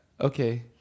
Okay